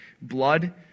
blood